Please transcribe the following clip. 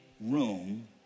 room